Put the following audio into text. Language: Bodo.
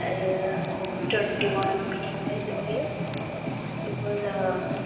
आरो थारतिवान बिदियावहाय जोबहैयो बेखौ जों